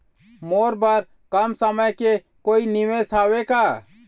मोर बर कम समय के कोई निवेश हावे का?